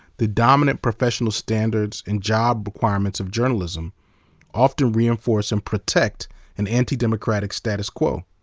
the dominant professional standards and job requirements of journalism often reinforce and protect an antidemocratic status quo.